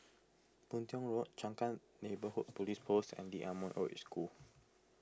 Boon Tiong Road Changkat Neighbourhood Police Post and Lee Ah Mooi Old Age School